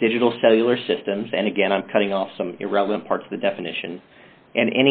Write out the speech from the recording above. digital cellular systems and again i'm cutting off some irrelevant part of the definition and